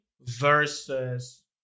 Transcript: versus